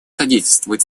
содействовать